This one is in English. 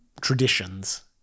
traditions